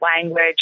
language